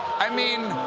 i mean,